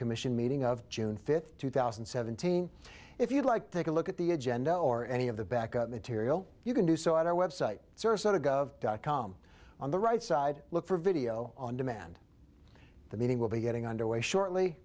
commission meeting of june fifth two thousand and seventeen if you'd like to take a look at the agenda or any of the back up material you can do so at our website sarasota go of dot com on the right side look for video on demand the meeting will be getting underway shortly